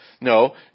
No